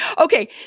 Okay